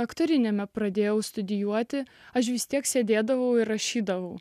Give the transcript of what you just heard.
aktoriniame pradėjau studijuoti aš vis tiek sėdėdavau įrašydavau